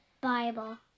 Bible